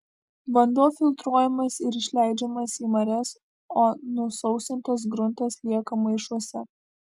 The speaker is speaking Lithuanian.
vanduo filtruojamas ir išleidžiamas į marias o nusausintas gruntas lieka maišuose